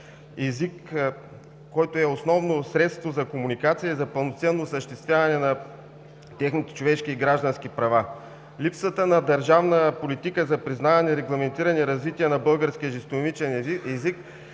език – основно средство за комуникация и за пълноценно осъществяване на техните човешки и граждански права. Липсата на държавна политика за признаване регламентирано развитие на българския жестомимичен език